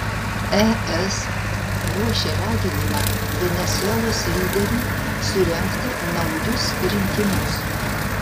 es ruošia raginimą venesuelos lyderiui surengti naujus rinkimus